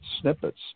snippets